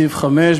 בסעיף 5,